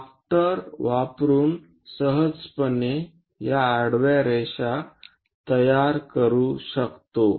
drafter वापरुन सहजपणे या आडव्या रेषा तयार करू शकते